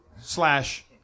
Slash